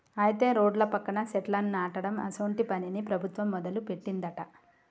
అయితే రోడ్ల పక్కన సెట్లను నాటడం అసోంటి పనిని ప్రభుత్వం మొదలుపెట్టిందట